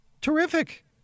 Terrific